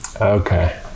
Okay